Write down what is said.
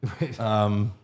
Right